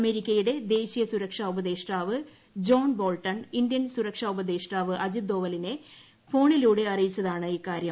അമേരിക്കയുടെ ദേശീയ സുരക്ഷ ഉപദേഷ്ടാവ് ജോൺ ബോൾട്ടൺ ഇന്ത്യൻ സുരക്ഷ ഉപദേഷ്ടാവ് അജിത് ധോവലിനെ ഫോണിലൂടെ അറിയിച്ചതാണ് ഇക്കാര്യം